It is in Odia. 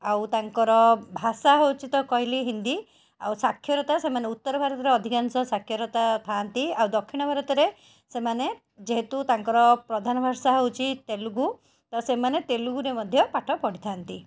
ଆଉ ତାଙ୍କର ଭାଷା ହେଉଛି ତ କହିଲି ହିନ୍ଦୀ ଆଉ ସ୍ୱାକ୍ଷରତା ସେମାନେ ଉତ୍ତର ଭାରତରେ ଅଧିକାଂଶ ସ୍ୱାକ୍ଷରତା ଥାଆନ୍ତି ଆଉ ଦକ୍ଷିଣ ଭାରତରେ ସେମାନେ ଯେହେତୁ ତାଙ୍କର ପ୍ରଧାନ ଭାଷା ହେଉଛି ତେଲୁଗୁ ତ ସେମାନେ ତେଲୁଗୁରେ ମଧ୍ୟ ପାଠ ପଢ଼ିଥାନ୍ତି